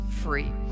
free